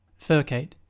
Furcate